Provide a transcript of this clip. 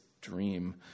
dream